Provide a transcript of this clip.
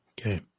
Okay